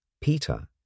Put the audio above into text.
Peter